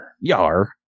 yar